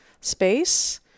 space